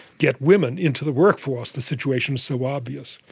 get women into the workforce, the situation is so obvious.